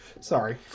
sorry